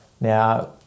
Now